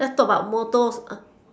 let's talk about motors